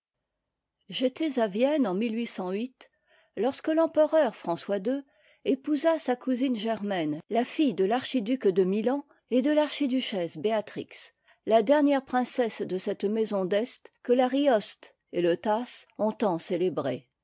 j'étais à vienne en lorsque l'empereur françois ii épousa sa cousine germaine la fille de l'archiduc de milan et de l'archiduchesse béatrix la dernière princesse de cette maison d'est que l'arioste et le tasse